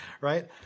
Right